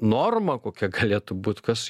norma kokia galėtų būt kas